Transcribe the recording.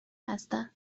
هستند